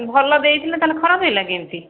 ଭଲ ଦେଇଥିଲେ ତା'ହେଲେ ଖରାପ ହୋଇଗଲା କେମିତି